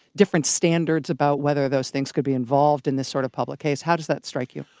different standards about whether those things could be involved in this sort of public case, how does that strike you?